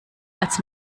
als